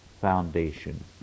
foundation